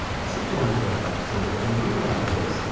sit down there by the table and read out the list,